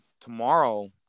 tomorrow